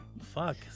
Fuck